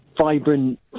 vibrant